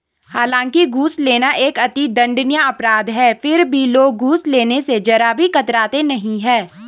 हालांकि घूस लेना एक अति दंडनीय अपराध है फिर भी लोग घूस लेने स जरा भी कतराते नहीं है